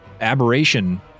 aberration